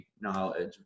knowledge